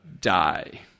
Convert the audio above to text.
Die